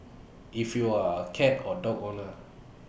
if you are A cat or dog owner